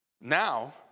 Now